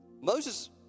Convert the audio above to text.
Moses